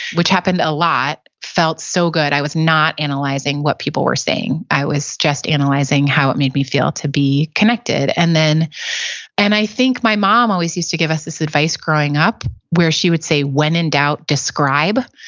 which happened a lot, felt so good. i was not analyzing what people were saying i was just analyzing how it made me feel to be connected. and and i think my mom always used to give us this advice growing up when she would say, when in doubt, describe.